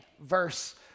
Verse